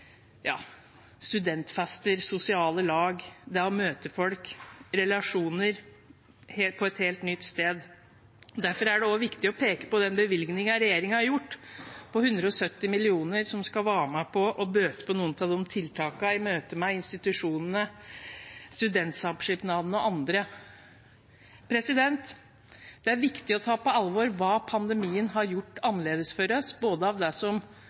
studentfester og sosiale lag, møte folk og få relasjoner på et helt nytt sted. Derfor er det viktig å peke på den bevilgningen regjeringen har gjort, på 170 mill. kr, som skal være med og bøte på noen av tiltakene i møtet med institusjonene, studentsamskipnadene og andre. Det er viktig å ta på alvor hva pandemien har gjort annerledes for oss. Det gjelder det som påvirker i positiv retning, men ikke minst handler det